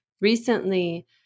recently